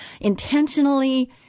intentionally